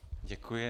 Děkuji.